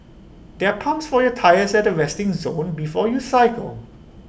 there are pumps for your tyres at the resting zone before you cycle